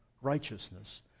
righteousness